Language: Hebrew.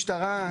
משטרה,